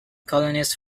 colonists